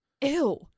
ew